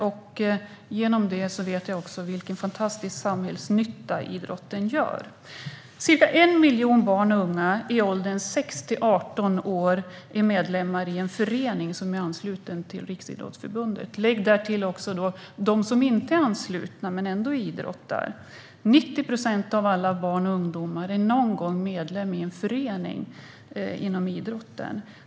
Därigenom vet jag också vilken fantastisk samhällsnytta idrotten gör. Ca 1 miljon barn och unga i åldern 6-18 är medlemmar i en förening som är ansluten till Riksidrottsförbundet. Lägg därtill också dem som inte är anslutna men som ändå idrottar. 90 procent av alla barn och ungdomar är någon gång medlem i en förening inom idrotten.